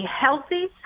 healthy